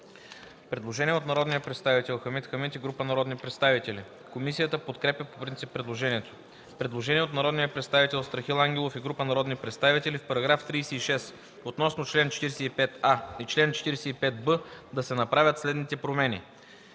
предложение от народния представител Хамид Хамид и група народни представители. Комисията подкрепя по принцип предложението. Предложение от народния представител Страхил Ангелов и група народни представители: „В § 36, относно чл. 45а и чл. 45б да се направят следните промени: